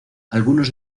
algunos